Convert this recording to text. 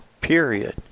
Period